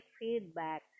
feedback